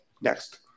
Next